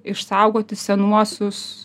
išsaugoti senuosius